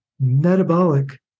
metabolic